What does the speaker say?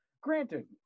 granted